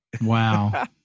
Wow